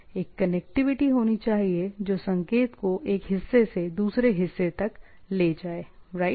एक कनेक्टिविटी होनी चाहिए जो संकेत को एक हिस्से से दूसरे हिस्से तक ले जाए राइट